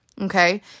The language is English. okay